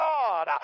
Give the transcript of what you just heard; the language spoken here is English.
God